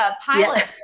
pilot